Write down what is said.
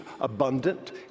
abundant